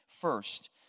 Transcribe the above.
first